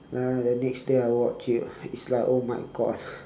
ya then the next day I watch it it's like oh my god